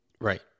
Right